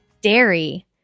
Dairy